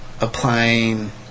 applying